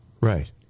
Right